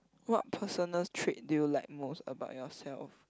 what personal trait do you like most about yourself